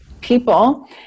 people